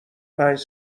پنج